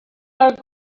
are